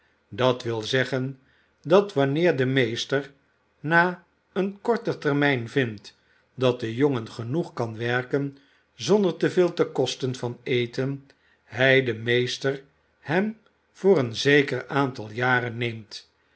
dat wil zeggen dat wanneer de meester na een korten termijn vindt dat de jongen genoeg kan werken zonder te veel te kosten van eten hij de meester hem voor een zeker aantal jaren neemt